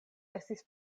estis